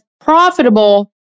profitable